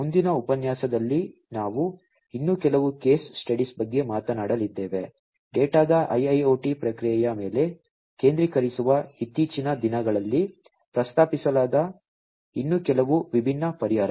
ಮುಂದಿನ ಉಪನ್ಯಾಸದಲ್ಲಿ ನಾವು ಇನ್ನೂ ಕೆಲವು ಕೇಸ್ ಸ್ಟಡೀಸ್ ಬಗ್ಗೆ ಮಾತನಾಡಲಿದ್ದೇವೆ ಡೇಟಾದ IIoT ಪ್ರಕ್ರಿಯೆಯ ಮೇಲೆ ಕೇಂದ್ರೀಕರಿಸುವ ಇತ್ತೀಚಿನ ದಿನಗಳಲ್ಲಿ ಪ್ರಸ್ತಾಪಿಸಲಾದ ಇನ್ನೂ ಕೆಲವು ವಿಭಿನ್ನ ಪರಿಹಾರಗಳು